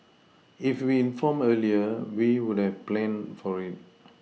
if we were informed earlier we would have planned for it